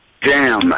Jam